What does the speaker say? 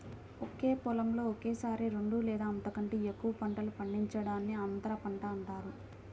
ఒకే పొలంలో ఒకేసారి రెండు లేదా అంతకంటే ఎక్కువ పంటలు పండించడాన్ని అంతర పంట అంటారు